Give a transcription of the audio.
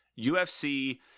UFC